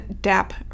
DAP